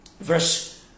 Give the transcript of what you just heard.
verse